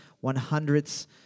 one-hundredths